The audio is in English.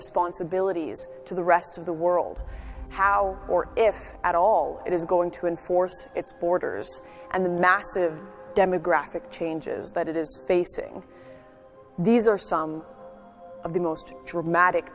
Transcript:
responsibilities to the rest of the world how or if at all it is going to enforce its borders and the massive demographic changes that it is facing these are some of the most dramatic